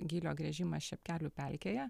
gylio gręžimas čepkelių pelkėje